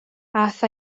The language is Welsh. aeth